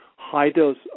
High-dose